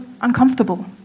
uncomfortable